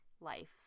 life